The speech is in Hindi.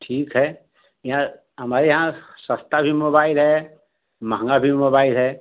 ठीक है यहाँ हमारे यहाँ सस्ता भी मोबाइल है महंगा भी मोबाइल है